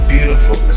Beautiful